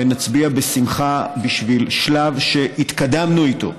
ונצביע בשמחה על שלב שהתקדמנו בו,